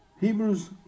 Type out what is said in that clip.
Hebrews